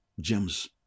James